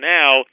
now